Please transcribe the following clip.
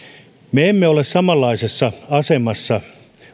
me emme ole samanlaisessa asemassa